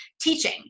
teaching